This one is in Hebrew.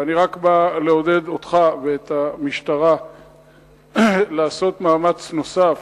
ואני רק בא לעודד אותך ואת המשטרה לעשות מאמץ נוסף,